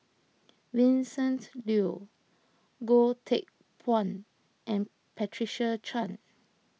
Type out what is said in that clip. Vincent Leow Goh Teck Phuan and Patricia Chan